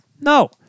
No